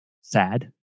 sad